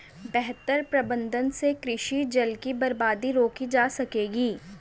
बेहतर प्रबंधन से कृषि जल की बर्बादी रोकी जा सकेगी